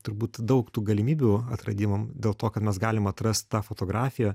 turbūt daug tų galimybių atradimam dėl to kad mes galim atrast tą fotografiją